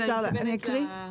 אני אקריא?